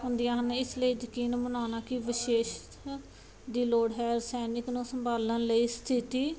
ਹੁੰਦੀਆਂ ਹਨ ਇਸ ਲਈ ਯਕੀਨ ਬਣਾਉਣਾ ਕਿ ਵਿਸ਼ੇਸ਼ ਦੀ ਲੋੜ ਹੈ ਸੈਨਿਕ ਨੂੰ ਸੰਭਾਲਣ ਲਈ ਸਥਿਤੀ